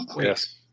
Yes